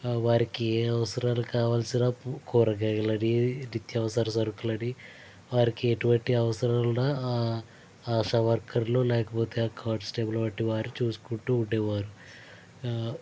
వారికి ఏ అవసరాలు కావాల్సిన కూరగాయలని నిత్యవసర సరుకులని వారికి ఎటువంటి అవసరాలున్నా ఆ ఆశా వర్కర్లు లేకపోతే కానిస్టేబుల్ వంటి వారు చూసుకుంటూ ఉండేవారు